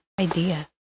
idea